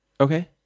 Okay